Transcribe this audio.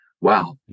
wow